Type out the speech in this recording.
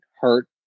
hurt